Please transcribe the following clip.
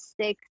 six